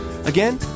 Again